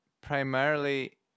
primarily